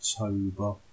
October